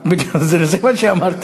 אתה, בדיוק זה מה שאמרתי.